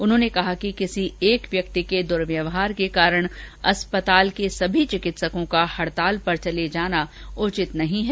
उन्होंने कहा कि किसी एक व्यक्ति के दुर्व्यवहार के कारण अस्पताल के सभी चिकित्सकों का हड़ताल पर चले जाना उचित नहीं है